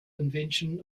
invention